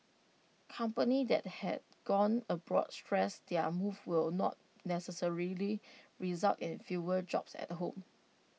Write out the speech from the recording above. companies that have gone abroad stressed their move will not necessarily result in fewer jobs at home